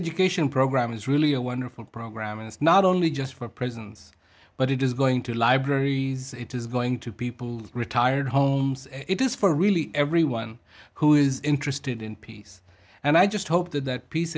education program is really a wonderful program and it's not only just for prisons but it is going to libraries it is going to people retired homes it is for really everyone who is interested in peace and i just hope that that piece